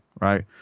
right